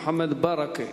חבר הכנסת מוחמד ברכה,